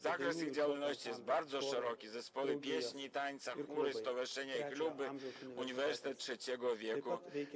Zakres ich działalności jest bardzo szeroki: zespoły pieśni i tańca, chóry, stowarzyszenia i kluby, uniwersytet trzeciego wieku.